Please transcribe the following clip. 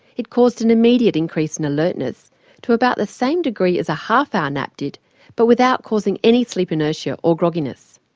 it caused an immediate increase in alertness to about the same degree as the half hour nap did but without causing any sleep inertia or grogginess.